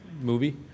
movie